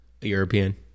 european